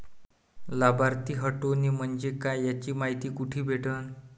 लाभार्थी हटोने म्हंजे काय याची मायती कुठी भेटन?